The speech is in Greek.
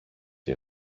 για